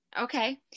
Okay